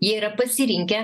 jie yra pasirinkę